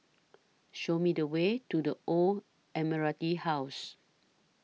Show Me The Way to The Old Admiralty House